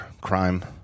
crime